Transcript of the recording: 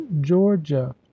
georgia